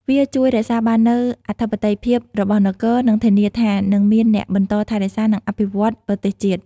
វាជួយរក្សាបាននូវអធិបតេយ្យភាពរបស់នគរ និងធានាថានឹងមានអ្នកបន្តថែរក្សា និងអភិវឌ្ឍន៍ប្រទេសជាតិ។